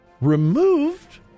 removed